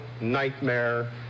nightmare